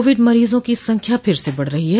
Covid मरीजों की संख्या फिर से बढ़ रही है